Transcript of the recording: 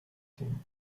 king